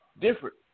Different